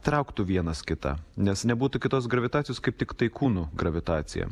trauktų vienas kitą nes nebūtų kitos gravitacijos kaip tiktai kūnų gravitacija